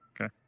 Okay